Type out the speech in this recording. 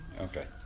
Okay